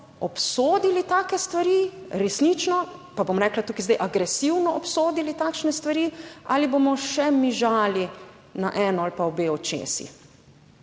stvari, resnično pa, bom rekla tukaj zdaj agresivno obsodili takšne stvari ali bomo še mižali na eno ali pa obe očesi.